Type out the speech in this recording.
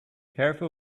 careful